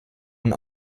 und